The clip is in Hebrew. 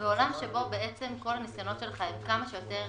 בעולם שבו כל הניסיונות שלך הם להכניס כמה שיותר